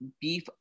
beef